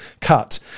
cut